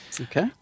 Okay